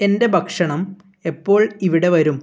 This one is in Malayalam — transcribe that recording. എന്റെ ഭക്ഷണം എപ്പോൾ ഇവിടെ വരും